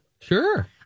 Sure